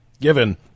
given